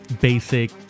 basic